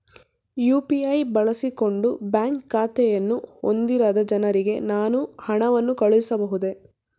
UPI ಬಳಸಿಕೊಂಡು bank ಖಾತೆಯನ್ನು ಹೊಂದಿರದ ಜನರಿಗೆ ನಾನು ಹಣವನ್ನು ಕಳುಹಿಸಬಹುದೇ?